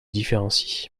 différencie